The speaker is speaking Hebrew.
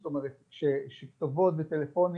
זאת אומרת שכתובות וטלפונים,